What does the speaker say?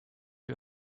you